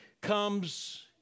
comes